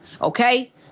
okay